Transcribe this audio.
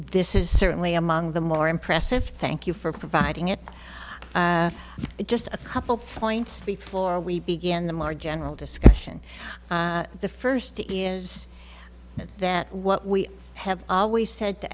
this is certainly among the more impressive thank you for providing it just a couple finds before we begin them our general discussion the first is that what we have always said t